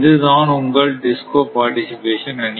இதுதான் உங்கள் DISCO participation அணி